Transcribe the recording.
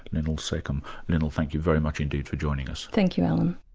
linnell secomb. linnell, thank you very much indeed for joining us. thank you, alan.